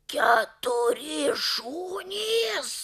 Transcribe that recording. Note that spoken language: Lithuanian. keturi šunys